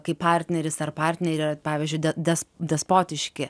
kai partneris ar partnerė yra pavyzdžiui de des despotiški